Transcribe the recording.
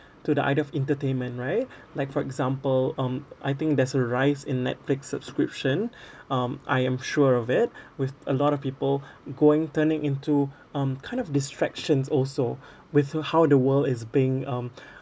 to the idea of entertainment right like for example um I think there's a rise in Netflix subscription um I am sure of it with a lot of people going turning into um kind of distractions also we saw how the world is being um